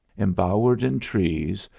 embowered in trees,